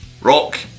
rock